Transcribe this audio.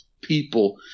people